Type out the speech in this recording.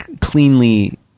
cleanly